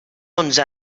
onze